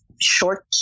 short